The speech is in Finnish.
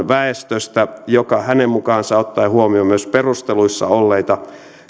väestöstä joka hänen mukaansa ottaen huomioon myös perusteluissa olleita